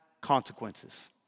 consequences